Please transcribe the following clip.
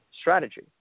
strategy